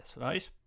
right